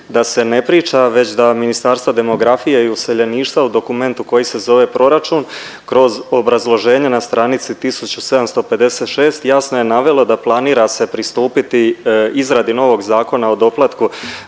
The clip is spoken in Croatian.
da se ne priča već da Ministarstvo demografije i useljeništava u dokumentu koji se zove proračun kroz obrazloženje na stranici 1756 jasno je navelo da planira se pristupiti izradi novog Zakona o doplatku